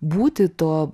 būti tuo